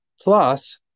Plus